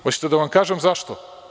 Hoćete da vam kažem zašto?